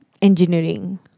Engineering